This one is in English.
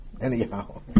Anyhow